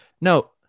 No